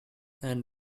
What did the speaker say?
and